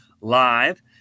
live